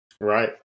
Right